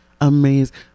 Amazing